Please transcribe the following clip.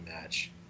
match